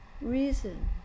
reason